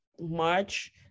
March